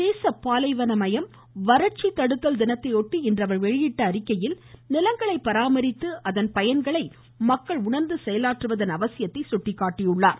சர்வதேச பாலைவன மயம் வறட்சி தடுத்தல் தினத்தை ஒட்டி இன்று அவர் வெளியிட்டுள்ள அறிக்கையில் நிலங்களை பராமரித்து அதன் பயன்களை மக்கள் உணா்ந்து செயலாற்றுவதன் அவசியத்தையும் சுட்டிக்காட்டியுள்ளார்